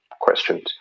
questions